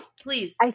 please